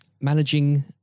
managing